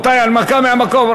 הנמקה מהמקום,